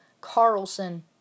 Carlson